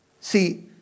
See